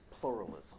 pluralism